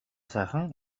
сайхан